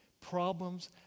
problems